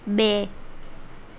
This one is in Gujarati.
બે